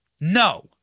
No